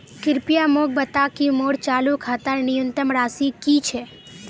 कृपया मोक बता कि मोर चालू खातार न्यूनतम राशि की छे